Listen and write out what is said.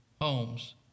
homes